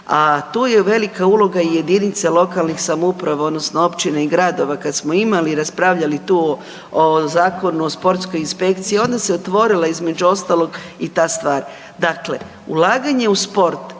a tu je i velika uloga i jedinica lokalnih samouprava odnosno općina i gradova, kad smo imali i raspravljali tu o Zakonu o sportskoj inspekciji onda se otvorila između ostalog i ta stvar. Dakle, ulaganje u sport